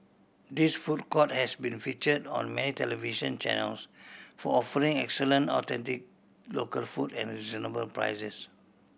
this food court has been feature on many television channels for offering excellent authentic local food at reasonable prices